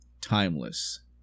timeless